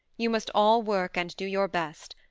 you must all work and do your best.